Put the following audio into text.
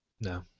No